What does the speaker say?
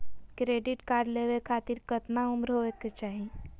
Credit card लेवे खातीर कतना उम्र होवे चाही?